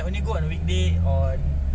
kalau changi beach punya side